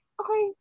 okay